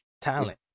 talent